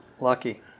Lucky